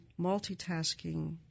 multitasking